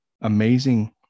amazing